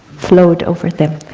flowed over there.